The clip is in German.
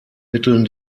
mitteln